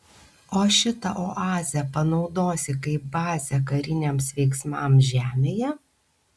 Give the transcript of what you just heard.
o šitą oazę panaudosi kaip bazę kariniams veiksmams žemėje